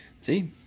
See